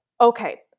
Okay